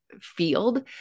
field